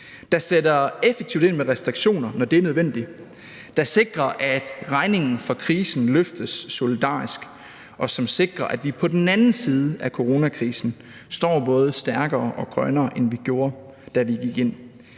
der sætter effektivt ind med restriktioner, når det er nødvendigt; der sikrer, at regningen for krisen løftes solidarisk; og som sikrer, at vi på den anden side af coronakrisen står både stærkere og grønnere, end vi gjorde, da vi gik ind.